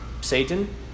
Satan